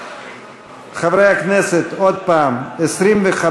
חברי הכנסת, עוד פעם, 25,